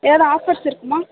ஏதாவது ஆஃப்பர்ஸ் இருக்குமா